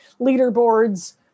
leaderboards